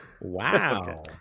Wow